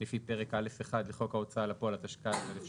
לפי פרק א'1 לחוק ההוצאה לפועל התשכ"ז-1967',